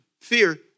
Fear